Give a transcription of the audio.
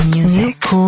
Music